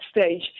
stage